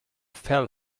fell